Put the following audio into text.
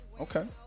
okay